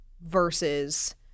versus